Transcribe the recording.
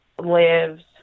lives